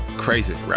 crazy,